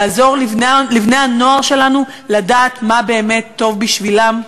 לעזור לבני-הנוער שלנו לדעת מה באמת טוב בשבילם,